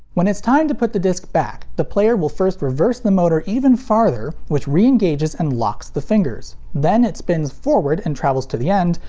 when it's time to put the disc back, the player will first reverse the motor even farther, which re-engages and locks the fingers. then it spins forward and travels to the end,